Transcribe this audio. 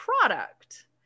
product